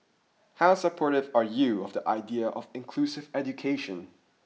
how supportive are you of the idea of inclusive education